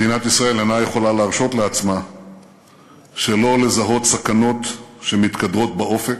מדינת ישראל אינה יכולה להרשות לעצמה שלא לזהות סכנות שמתקדרות באופק.